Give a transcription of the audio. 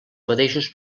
mateixos